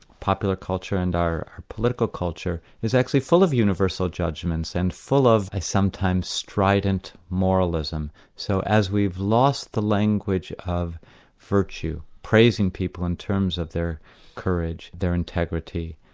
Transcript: popular culture and our political culture, is actually full of universal judgments and full of a sometimes strident moralism. so as we've lost the language of virtue, praising people in terms of their courage, their integrity,